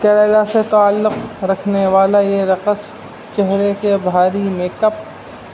کیرل سے تعلق رکھنے والا یہ رقص چہرے کے بھاری میکپ